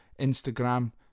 Instagram